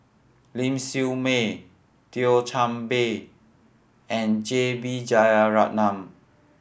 Ling Siew May Thio Chan Bee and J B Jeyaretnam